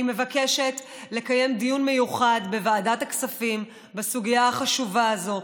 אני מבקשת לקיים דיון מיוחד בוועדת הכספים בסוגיה החשובה הזאת,